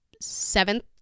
seventh